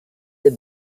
the